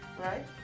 Right